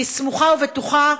אני סמוכה ובטוחה,